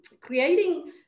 creating